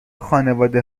خانواده